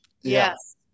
Yes